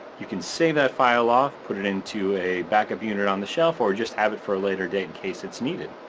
you can save that file off, put it into a backup unit on the shelf, or just have it for a later date in case it's needed.